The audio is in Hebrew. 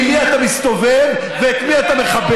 עם מי אתה מסתובב ואת מי אתה מחבק,